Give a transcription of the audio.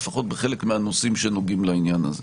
לפחות בחלק מהנושאים שנוגעים לעניין הזה.